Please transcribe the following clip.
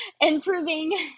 improving